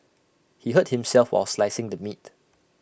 he hurt himself while slicing the meat